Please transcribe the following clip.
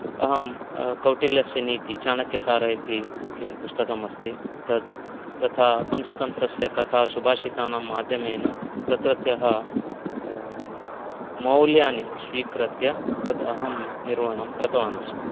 अहं कौटिल्यस्य नीतिः चाणक्यसारः इति किं पुस्तकमस्ति तद् तथा पञ्चतन्त्रस्य कथा सुभाषितानां माध्यमेन तत्रत्यः मौल्यानि स्वीकृत्य तद् अहं निर्वहणं कृतवानस्मि